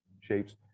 shapes